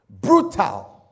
Brutal